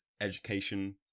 education